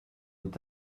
est